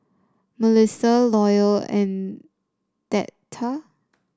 Mellissa Loyal and Theta